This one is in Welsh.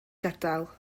gadael